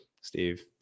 Steve